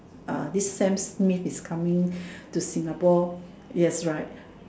uh this Sam Smith is coming to Singapore yes right